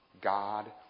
God